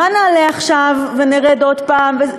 מה נעלה עכשיו ונרד עוד פעם.